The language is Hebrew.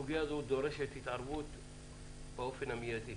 שהסוגיה הזאת דורשת התערבות באופן מיידי.